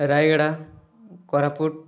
Rayagada Koraput